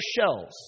shells